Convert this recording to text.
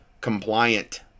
compliant